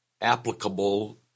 applicable